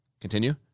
Continue